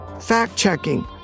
Fact-checking